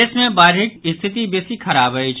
प्रदेश मे बाढ़िक स्थिति बेसी खराब अछि